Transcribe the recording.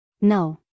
No